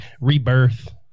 rebirth